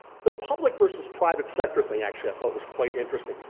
the public versus private sector thing, actually i thought was quite interesting.